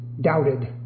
doubted